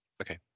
Okay